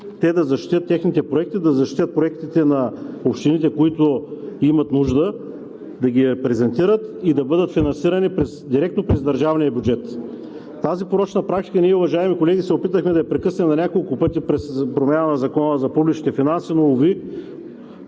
тук да защитят техните проекти, да защитят проектите на общините, които имат нужда да ги презентират и да бъдат финансирани директно през държавния бюджет. Тази порочна практика ние, уважаеми колеги, се опитахме да я прекъснем на няколко пъти през промяна в Закона за публичните финанси, но уви,